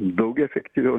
daug efektyviau